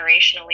generationally